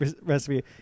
recipe